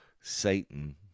Satan